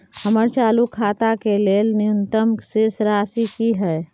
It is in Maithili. हमर चालू खाता के लेल न्यूनतम शेष राशि की हय?